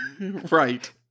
Right